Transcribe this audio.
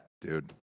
dude